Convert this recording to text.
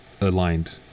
aligned